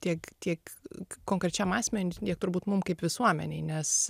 tiek tiek konkrečiam asmeniui tiek turbūt mum kaip visuomenei nes